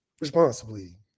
Responsibly